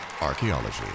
Archaeology